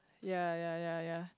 ya ya ya ya